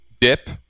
dip